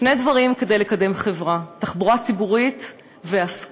שני דברים כדי לקדם חברה, תחבורה ציבורית והשכלה,